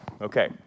Okay